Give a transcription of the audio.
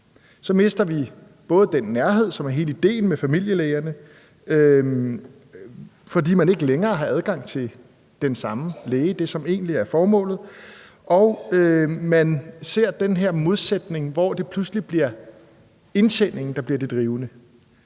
Så mister vi den nærhed, som er hele idéen med familielægerne, fordi man ikke længere har adgang til den samme læge – det, som egentlig er formålet – og vi ser den her modsætning, hvor det pludselig bliver indtjeningen, der bliver det drivende,